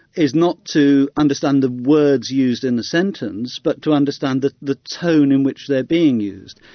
is not to understand the words used in the sentence but to understand the the tone in which they're being used.